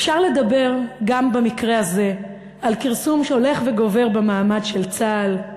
אפשר לדבר גם במקרה הזה על כרסום הולך וגובר במעמד של צה"ל,